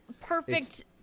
perfect –